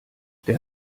der